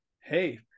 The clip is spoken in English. hey